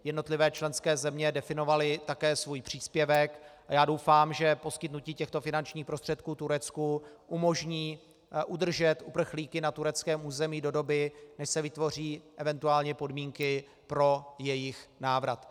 Jednotlivé členské země definovaly také svůj příspěvek a já doufám, že poskytnutí těchto finančních prostředků Turecku umožní udržet uprchlíky na tureckém území do doby, než se vytvoří eventuální podmínky pro jejich návrat.